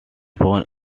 born